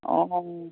অঁ